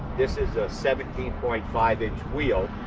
this is a seventeen point five inch wheel.